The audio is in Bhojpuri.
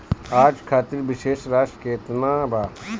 आज खातिर शेष राशि केतना बा?